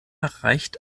reicht